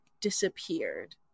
disappeared